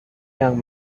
young